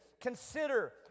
consider